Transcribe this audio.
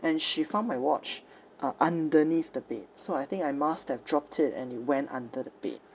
and she found my watch uh underneath the bed so I think I must have dropped it and it went under the bed